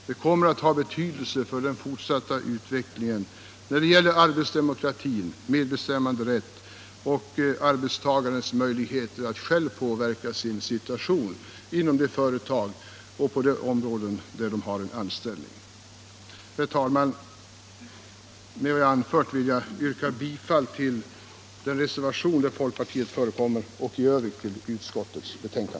Det kommer att ha betydelse för den fortsatta utvecklingen när det gäller arbetsdemokrati, medbestämmanderätt och arbetstagarnas möjligheter att själva påverka sin situation inom de företag och de områden där de har anställning. Herr talman! Med vad jag framfört vill jag yrka bifall till den reservation där folkpartiet förekommer och i övrigt till utskottets hemställan.